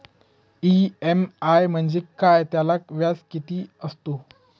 EMI म्हणजे काय? त्याला व्याज किती असतो?